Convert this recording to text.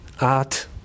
art